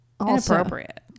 Inappropriate